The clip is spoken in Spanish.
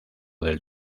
del